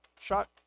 Shot